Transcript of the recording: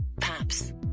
Paps